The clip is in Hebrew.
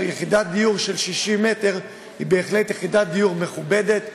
יחידת דיור של 60 מ"ר היא בהחלט מכובדת ובת-מגורים,